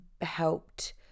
helped